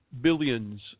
billions